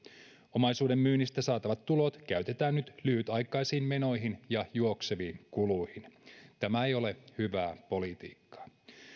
omaisuuden myynnistä saatavat tulot käytetään nyt lyhytaikaisiin menoihin ja juokseviin kuluihin tämä ei ole hyvää politiikkaa